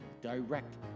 direct